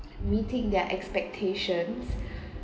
meeting their expectations